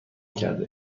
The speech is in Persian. کرده